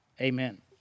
Amen